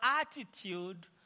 attitude